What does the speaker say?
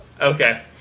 Okay